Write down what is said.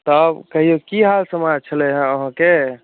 हँ कहियौ की हाल समाचार छलैया अहाँके